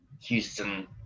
Houston